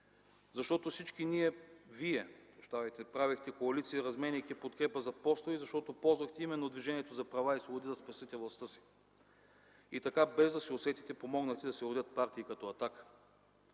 защото всички вие правехте коалиции, разменяйки подкрепа за постове, защото ползвахте именно Движението за права и свободи да спасите властта си и така, без да се усетите, помогнахте да се родят партии като „Атака”.